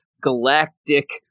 galactic